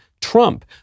Trump